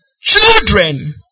children